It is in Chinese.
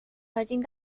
财经